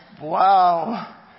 wow